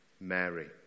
Mary